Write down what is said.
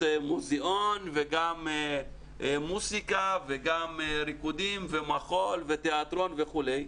מוזיאון וגם מוסיקה וגם ריקודים ומחול ותיאטרון וכו'.